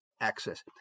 access